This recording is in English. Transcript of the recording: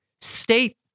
state